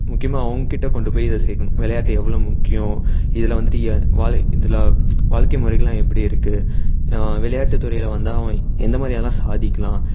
முக்கியமாக அவங்கக்கிட்டே கொண்டுப் போய் இதை சேர்க்கணும் விளையாட்டு எவ்வளோ முக்கியம் இதில் வந்துட்டு வாழு இதில் வாழ்க்கை முறைகளெலாம் எப்படி இருக்குது விளையாட்டு துறையில் வந்து அவன் எந்தமாதிரியெல்லாம் சாதிக்கலாம்